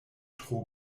tro